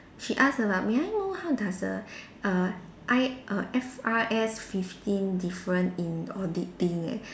she ask about may I know how does the err I err F_R_S fifteen different in auditing eh